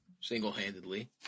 single-handedly